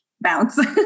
bounce